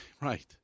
Right